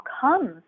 comes